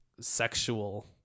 sexual